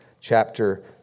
chapter